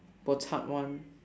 bo chup [one]